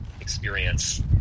experience